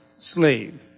slave